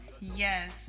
Yes